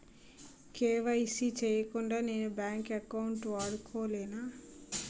KYC చేయకుండా నేను bank account వాడుకొలేన?